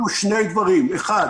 מבחינת הקורונה יקרו לנו שני דברים: אחד,